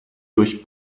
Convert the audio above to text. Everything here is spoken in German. durch